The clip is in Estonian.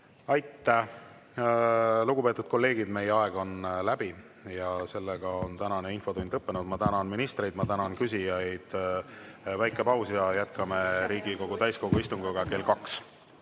Aitäh! Lugupeetud kolleegid, meie aeg on läbi, tänane infotund on lõppenud. Ma tänan ministreid, ma tänan küsijaid! Väike paus ja jätkame Riigikogu täiskogu istungiga kell kaks.